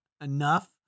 enough